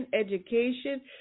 education